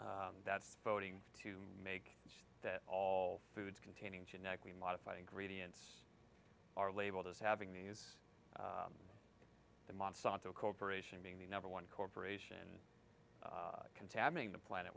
two that's voting to make sure that all foods containing genetically modified ingredients are labeled as having these the monsanto corporation being the number one corporation contaminating the planet